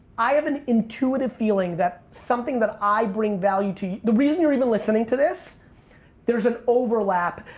i have an intuitive feeling that something that i bring value to. the reason you're even listening to this there's an overlap,